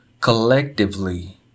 collectively